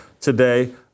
today